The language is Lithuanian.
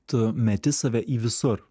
tu meti save į visur